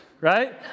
right